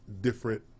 different